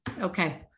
Okay